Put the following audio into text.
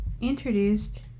Introduced